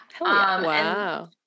Wow